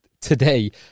today